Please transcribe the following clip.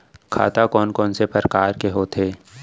खाता कोन कोन से परकार के होथे?